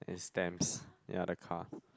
and stamps yea the car